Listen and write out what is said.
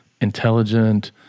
intelligent